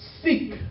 seek